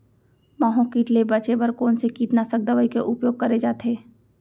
माहो किट ले बचे बर कोन से कीटनाशक दवई के उपयोग करे जाथे?